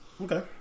Okay